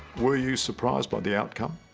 were you surprised by the outcome